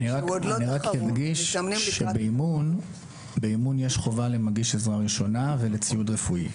אני רק אדגיש שבאימון יש חובה למגיש עזרה ראשונה ולציוד רפואי.